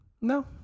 No